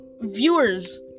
viewers